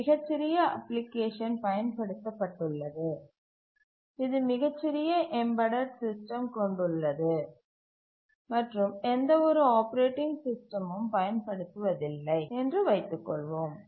ஒரு மிகச் சிறிய அப்ளிகேஷன் பயன்படுத்த பட்டுள்ளது இது மிகச் சிறிய எம்பெடட் சிஸ்டம் கொண்டுள்ளது மற்றும் எந்தவொரு ஆப்பரேட்டிங் சிஸ்டமும் பயன்படுத்துவதில்லை என்று வைத்துக்கொள்வோம்